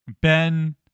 Ben